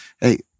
hey